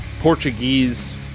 Portuguese